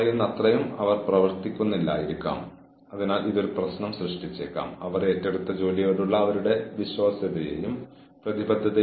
വിധ്വംസക പ്രവർത്തനം നടന്നപ്പോൾ വിനാശകരമായ പ്രവർത്തനം നടത്തിയ സമയത്തിനും നടപടി സ്വീകരിച്ചതിനും ഇടയിൽ അധികം വിടവ് ഉണ്ടാകരുത്